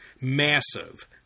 Massive